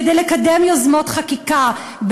כדי לקדם יוזמות חקיקה,